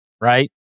right